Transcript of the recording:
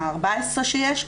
ה-14 שיש,